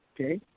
okay